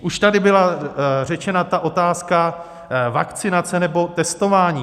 Už tady byla řečena otázka vakcinace nebo testování.